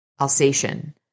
Alsatian